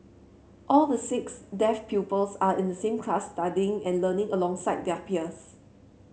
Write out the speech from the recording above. all the six deaf pupils are in the same class studying and learning alongside their peers